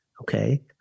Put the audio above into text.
okay